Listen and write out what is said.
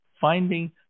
Finding